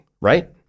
Right